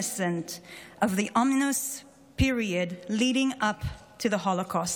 of the ominous period leading up to the Holocaust.